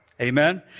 Amen